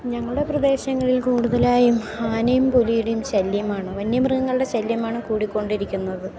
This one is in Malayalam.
ഞങ്ങളുടെ പ്രദേശങ്ങളിൽ കൂടുതലായും ആനയും പുലിയുടെയും ശല്യമാണ് വന്യമൃഗങ്ങളുടെ ശല്യമാണ് കൂടിക്കൊണ്ടിരിക്കുന്നത്